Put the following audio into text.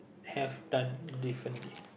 have done differently